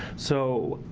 so